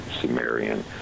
Sumerian